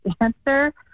answer